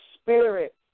spirit